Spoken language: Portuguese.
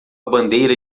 bandeira